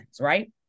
right